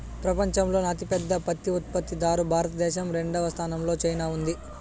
పపంచంలోనే అతి పెద్ద పత్తి ఉత్పత్తి దారు భారత దేశం, రెండవ స్థానం లో చైనా ఉంది